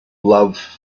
love